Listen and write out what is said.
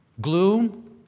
gloom